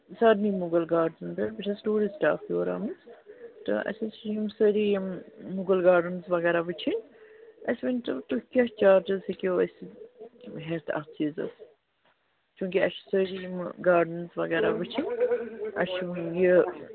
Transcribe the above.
سارنٕے مُغل گاڈنَن پٮ۪ٹھ بہٕ چھَس ٹوٗرِسٹ اَکھ یور آمٕژ تہٕ اَسہِ حظ چھِ یِم سٲری یِم مُغل گاڈنٕز وغیرہ وٕچھِنۍ اَسہِ ؤنۍ تَو تُہۍ کیٛاہ چارجِز ہیٚکِو أسۍ ہیٚتھ اَتھ چیٖزَس چوٗنٛکہِ اَسہِ چھِ سٲری یِم گاڈنٕز وغیرہ وٕچھِنۍ اَسہِ چھِ یہِ